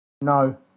No